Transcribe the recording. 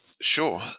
Sure